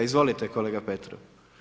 Izvolite kolega Petrov.